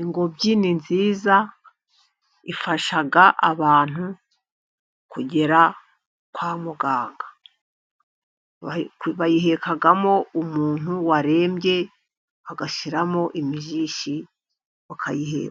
Ingobyi ni nziza, ifasha abantu kugera Kwa muganga. Bayihekamo umuntu warembye, bagashyiramo imijishi,